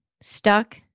stuck